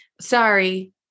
sorry